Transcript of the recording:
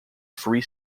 free